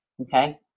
okay